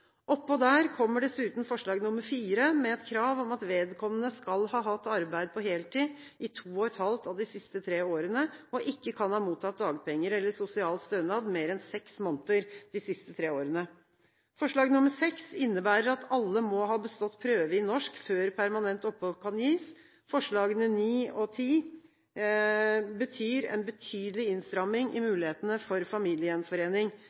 Oppå der kommer dessuten forslag nr. 4 med et krav om at vedkommende skal ha hatt arbeid på heltid i to og et halvt av de siste tre årene og ikke kan ha mottatt dagpenger eller sosial stønad i mer enn seks måneder de siste tre årene. Forslag nr. 6 innebærer at alle må ha bestått prøve i norsk før permanent opphold kan gis. Forslagene nr. 9 og 10 betyr en betydelig innstramming i mulighetene for familiegjenforening